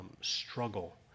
struggle